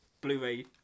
Blu-ray